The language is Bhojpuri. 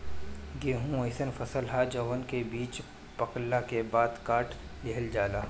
गेंहू अइसन फसल ह जवना के बीज पकला के बाद काट लिहल जाला